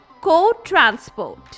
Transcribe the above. co-transport